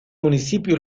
municipio